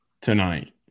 tonight